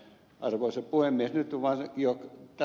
arvoisa puhemies